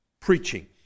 Preaching